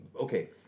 Okay